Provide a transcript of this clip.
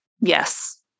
Yes